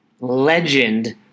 legend